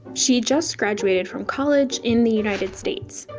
she just graduated from college in the united states.